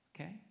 Okay